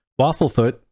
Wafflefoot